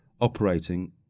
operating